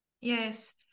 Yes